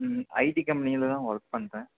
ம் ஐடி கம்பெனியில்தான் ஒர்க் பண்ணுறேன்